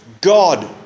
god